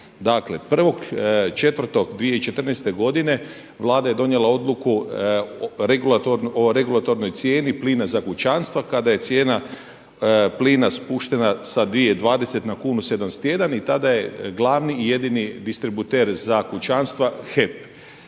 Dakle, 1.4.2014. godine Vlada je donijela odluku o regulatornoj cijeni plina za kućanstva kada je cijena plina spuštena sa dvije i 20 na kunu i 71 i tada je glavni i jedini distributer za kućanstva HEP.